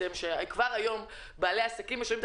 כשכבר היום בעלי העסקים משלמים את